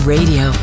Radio